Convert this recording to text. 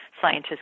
scientists